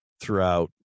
throughout